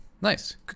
Nice